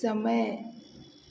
समय